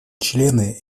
члены